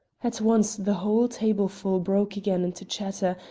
at once the whole tableful broke again into chatter,